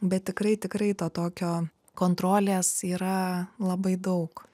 bet tikrai tikrai to tokio kontrolės yra labai daug